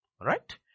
right